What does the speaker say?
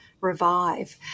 Revive